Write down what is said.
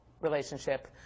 relationship